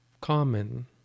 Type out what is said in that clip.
common